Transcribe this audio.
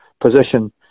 position